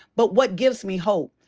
but what gives me hope,